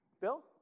Bill